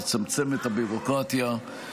יצמצם את הביורוקרטיה.